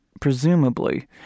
Presumably